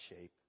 shape